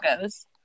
goes